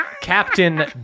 Captain